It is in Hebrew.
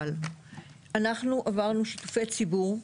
אבל אנחנו עברנו שיתופי ציבור.